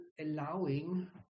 allowing